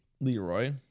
Leroy